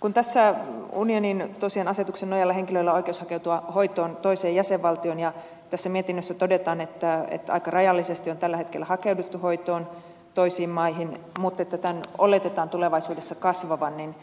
kun tässä tosiaan unionin asetuksen nojalla henkilöillä on oikeus hakeutua hoitoon toiseen jäsenvaltioon ja tässä mietinnössä todetaan että aika rajallisesti on tällä hetkellä hakeuduttu hoitoon toisiin maihin mutta että tämän oletetaan tulevaisuudessa kasvavan niin